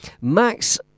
Max